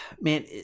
man